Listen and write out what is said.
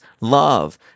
love